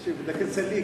(לא נקראה,